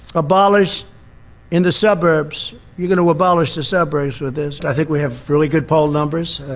abolish in the suburbs, you're going to abolish the suburbs with this. i think we have really good poll numbers.